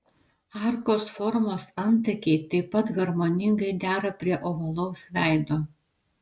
arkos formos antakiai taip pat harmoningai dera prie ovalaus veido